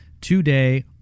today